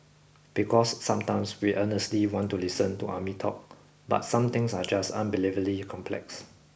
because sometimes we earnestly want to listen to army talk but some things are just unbelievably complex